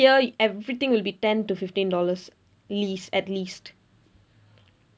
here everything will be ten to fifteen dollars least at least